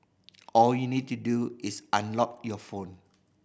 all you'll need to do is unlock your phone